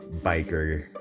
biker